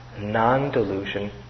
non-delusion